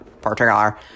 particular